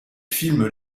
films